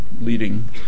leading